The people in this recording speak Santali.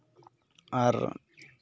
ᱟᱨ